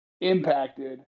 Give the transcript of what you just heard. impacted